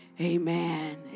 Amen